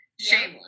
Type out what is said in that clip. Shameless